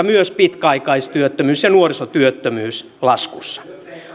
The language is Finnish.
myös pitkäaikaistyöttömyys ja nuorisotyöttömyys laskussa